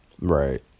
Right